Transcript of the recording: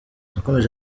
yakomeje